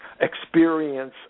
experience